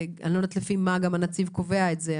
ואני לא יודעת לפי מה הנציב קובע את זה.